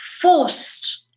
forced